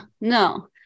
No